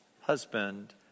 husband